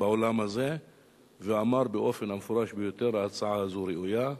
באולם הזה ואמר באופן המפורש ביותר: ההצעה הזו ראויה.